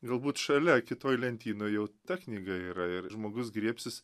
galbūt šalia kitoj lentynoj jau ta knyga yra ir žmogus griebsis